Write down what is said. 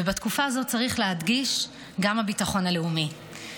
ובתקופה הזו, צריך להדגיש, גם הביטחון הלאומי.